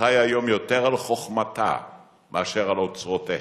חיה היום יותר על חוכמתה מאשר על אוצרותיה.